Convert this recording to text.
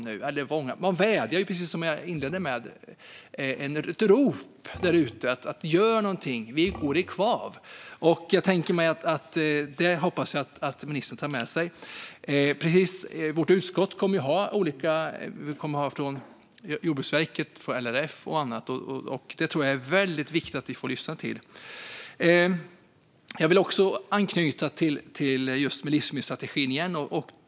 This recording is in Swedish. Precis som jag inledde med att säga finns det en vädjan och ett rop där ute: Gör någonting, för vi går i kvav! Jag hoppas att ministern tar med sig detta. Vårt utskott kommer att få besök av Jordbruksverket, LRF och andra, och jag tror att det är väldigt viktigt att vi får lyssna till dem. Jag vill anknyta till livsmedelsstrategin igen.